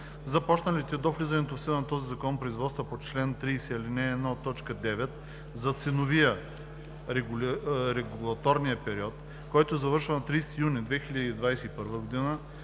започналите до влизането в сила на този закон производства по чл. 30, ал. 1, т. 9 за ценовия/регулаторния период, който завършва на 30 юни 2021 г.,